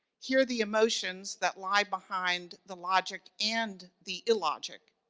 hear the emotions that lie behind the logic and the illogic,